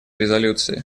резолюции